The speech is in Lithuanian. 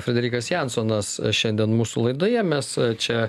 frederikas jansonas šiandien mūsų laidoje mes čia